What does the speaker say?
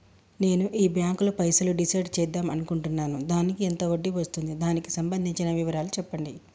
నేను ఈ బ్యాంకులో పైసలు డిసైడ్ చేద్దాం అనుకుంటున్నాను దానికి ఎంత వడ్డీ వస్తుంది దానికి సంబంధించిన వివరాలు చెప్పండి?